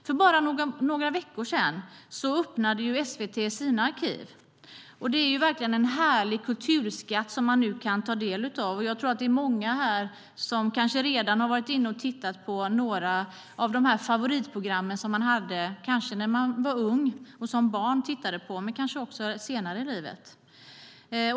För bara några veckor sedan öppnade SVT sina arkiv. Det är verkligen en härlig kulturskatt som vi nu kan ta del av. Jag tror att det är många här som redan har varit inne och tittat på sina favoritprogram som man som barn och ung tittade på och kanske även senare i livet.